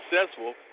successful